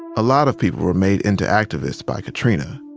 a lot of people were made into activists by katrina,